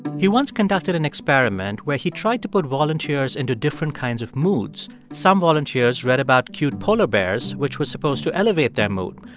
he once conducted an experiment where he tried to put volunteers into different kinds of moods. some volunteers read about cute polar bears, which was supposed to elevate their mood.